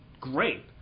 great